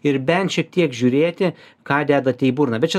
ir bent šiek tiek žiūrėti ką dedate į burną bet čia